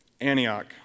Antioch